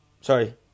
Sorry